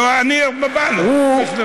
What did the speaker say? כמה זמן עוד יש לו?